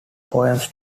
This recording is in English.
poems